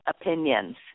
opinions